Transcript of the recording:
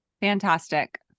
Fantastic